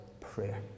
prayer